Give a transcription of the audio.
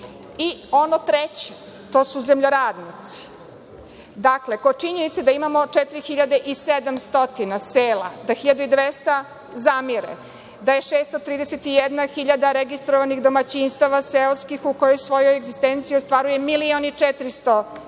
treće. To su zemljoradnici. Dakle, kod činjenice da imamo 4.700 sela, da 1.200 sela zamire, da je 631 hiljada registrovanih domaćinstava seoskih u kojoj svoju egzistenciju ostvaruje 1.400.000,00